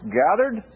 gathered